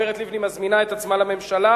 הגברת לבני מזמינה את עצמה לממשלה?